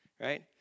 right